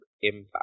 impact